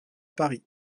paris